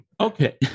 Okay